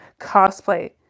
Cosplay